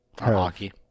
Hockey